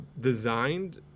designed